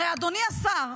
הרי אדוני השר,